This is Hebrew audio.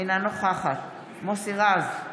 אינה נוכחת מוסי רז,